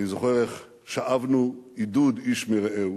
אני זוכר איך שאבנו עידוד איש מרעהו,